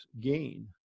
gain